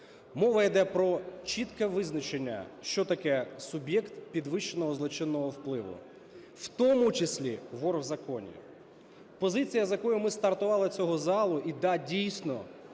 Мова йде про чітке визначення, що таке "суб'єкт підвищеного злочинного впливу", в тому числі "вор в законі". Позиція, з якої ми стартували, цього залу, і, да, дійсно